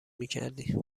میکردی